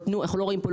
אנחנו לא רואים פה,